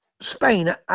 Spain